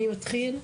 מי מתחיל?